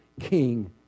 King